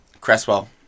Cresswell